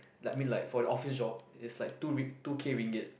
like I mean like for the office job is like two ri~ two K ringgit